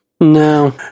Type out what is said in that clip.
no